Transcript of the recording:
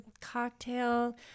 cocktail